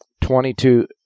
Twenty-two